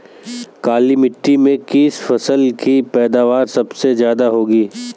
काली मिट्टी में किस फसल की पैदावार सबसे ज्यादा होगी?